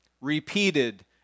repeated